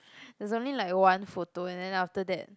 is only like one photo and then after that